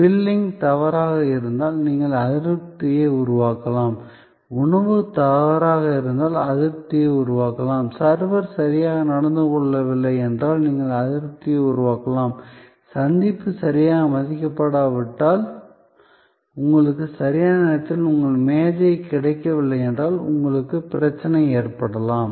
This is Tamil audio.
பில்லிங் தவறாக இருந்தால் நீங்கள் அதிருப்தியை உருவாக்கலாம் உணவு தவறாக இருந்தால் அதிருப்தியை உருவாக்கலாம் சர்வர் சரியாக நடந்து கொள்ளவில்லை என்றால் நீங்கள் அதிருப்தியை உருவாக்கலாம் சந்திப்பு சரியாக மதிக்கப்படாவிட்டால் உங்களுக்கு சரியான நேரத்தில் உங்கள் மேஜை கிடைக்கவில்லை என்றால் உங்களுக்கு பிரச்சனை ஏற்படலாம்